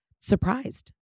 surprised